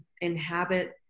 inhabit